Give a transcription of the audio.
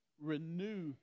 Renew